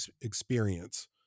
experience